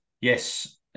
Yes